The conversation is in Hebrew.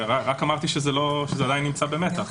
רק אמרתי שזה עדיין נמצא במתח.